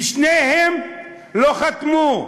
ושניהם לא חתמו.